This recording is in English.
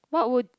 what would